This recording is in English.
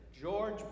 George